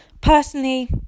personally